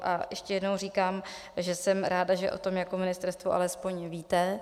A ještě jednou říkám, že jsem ráda, že o tom jako ministerstvo alespoň víte.